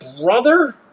brother